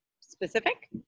specific